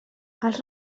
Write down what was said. els